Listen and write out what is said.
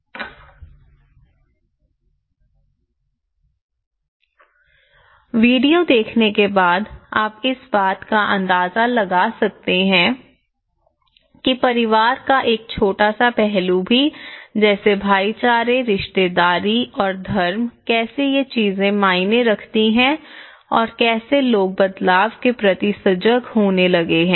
Video End Time 2251 वीडियो देखने के बाद आप इस बात का अंदाजा लगा सकते हैं कि परिवार का एक छोटा सा पहलू भी जैसे भाईचारे रिश्तेदारी और धर्म कैसे ये चीजें मायने रखती हैं और कैसे लोग बदलाव के प्रति सजग होने लगे हैं